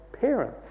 parents